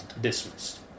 dismissed